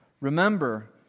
Remember